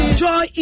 joy